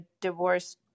divorce